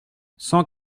cent